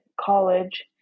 college